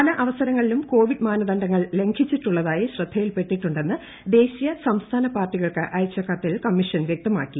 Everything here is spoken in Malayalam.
പല അവസരങ്ങളിലും കോവിഡ് മാനദണ്ഡങ്ങൾ ലംഘിച്ചിട്ടുള്ളതായി ശ്രദ്ധയിൽപ്പെട്ടിട്ടുണ്ടെന്ന് ദേശീയ സംസ്ഥാന പാർട്ടികൾക്ക് അയച്ച കത്തിൽ കമ്മീഷൻ വൃക്തമാക്കി